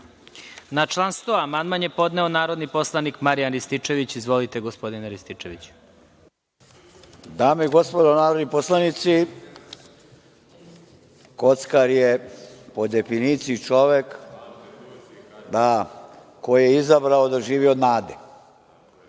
član 100. amandman je podneo narodni poslanik Marijan Rističević. Izvolite. **Marijan Rističević** Dame i gospodo narodni poslanici, kockar je po definiciji čovek koji je izabrao da živi od